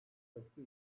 öfke